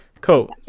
Cool